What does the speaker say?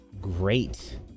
great